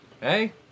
Hey